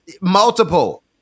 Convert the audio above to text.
multiple